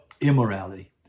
immorality